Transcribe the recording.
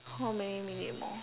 how many minute more